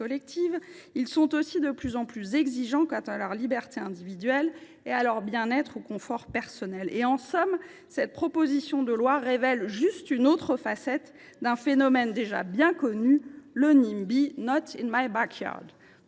sont aussi de plus en plus exigeants quant à leur liberté individuelle et à leur bien être ou confort personnel. En somme, cette proposition de loi révèle une autre facette d’un phénomène déjà bien connu : le Nimby. Tout le monde